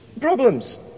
problems